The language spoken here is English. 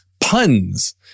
puns